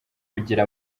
kugira